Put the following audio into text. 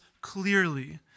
clearly